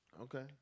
Okay